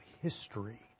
history